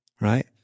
right